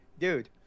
Dude